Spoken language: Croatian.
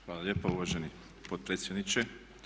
Hvala lijepo uvaženi potpredsjedniče.